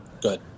good